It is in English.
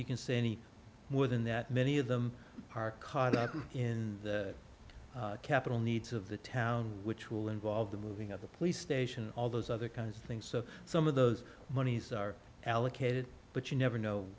you can say any more than that many of them are caught up in the capital needs of the town which will involve the moving of the police station all those other kinds of things so some of those monies are allocated but you never know